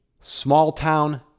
small-town